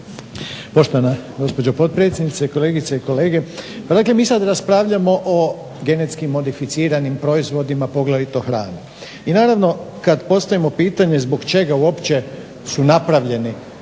Poštovana gospođo potpredsjednice, kolegice i kolege. Pa dakle mi sada raspravljamo o genetski modificiranim proizvodima poglavito hrane. I naravno kada postavimo pitanje zbog čega uopće su napravljeni